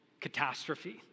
catastrophe